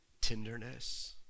tenderness